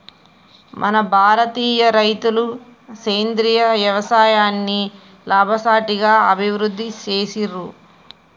మన భారతీయ రైతులు సేంద్రీయ యవసాయాన్ని లాభసాటిగా అభివృద్ధి చేసిర్రు